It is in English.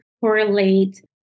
correlate